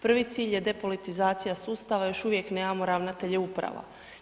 Prvi cilj je depolitizacija sustava, još uvijek nemamo ravnatelje uprava.